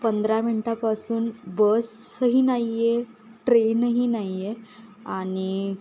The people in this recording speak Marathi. पंधरा मिनटापासून बसही नाही आहे ट्रेनही नाही आहे आणि